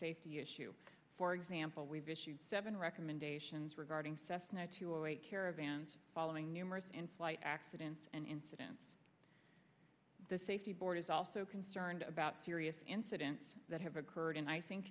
safety issue for example we've issued seven recommendations regarding cessna to avoid caravans following numerous in flight accidents and incidents the safety board is also concerned about serious incidents that have occurred and i think